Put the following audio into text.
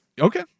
Okay